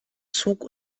zug